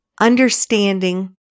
understanding